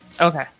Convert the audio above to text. Okay